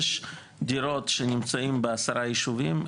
יש דירות שנמצאות בעשרה יישובים.